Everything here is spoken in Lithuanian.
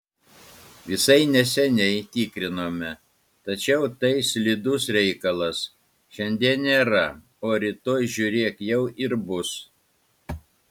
visai neseniai tikrinome tačiau tai slidus reikalas šiandien nėra o rytoj žiūrėk jau ir bus